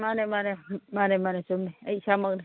ꯃꯥꯅꯦ ꯃꯥꯅꯦ ꯃꯥꯅꯦ ꯃꯥꯅꯦ ꯆꯨꯝꯃꯦ ꯑꯩ ꯏꯁꯥꯃꯛꯅꯤ